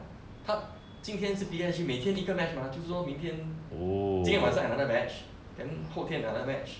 他今天是 P_S_G 每天一个 match 吗就是说明天今天晚上 another match then 后天 another match